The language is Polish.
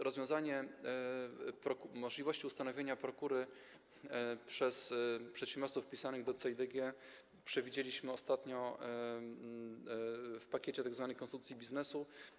Rozwiązanie polegające na możliwości ustanowienia prokury przez przedsiębiorców wpisanych do CEIDG przewidzieliśmy ostatnio w pakiecie tzw. konstytucji biznesu.